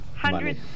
hundred